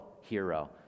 hero